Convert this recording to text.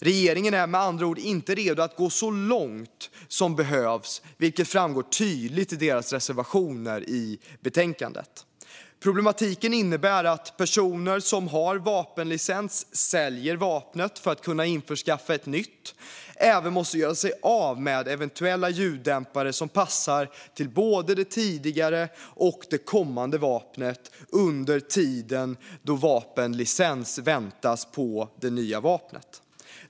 Regeringen är med andra ord inte redo att gå så långt som behövs, vilket framgår tydligt i regeringssidans reservationer i betänkandet. Problematiken innebär att personer som har vapenlicens och som säljer vapnet för att kunna införskaffa ett nytt även måste göra sig av med eventuella ljuddämpare som passar till både det tidigare och det kommande vapnet under tiden man väntar på vapenlicens för det nya vapnet.